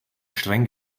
streng